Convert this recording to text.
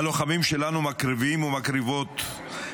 הלוחמים שלנו מקריבים ומקריבות,